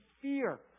fear